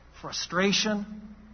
Frustration